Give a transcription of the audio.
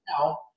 now